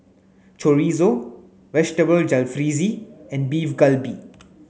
Chorizo Vegetable Jalfrezi and Beef Galbi